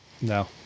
No